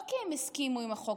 לא כי הסכימו עם החוק,